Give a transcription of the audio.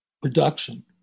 production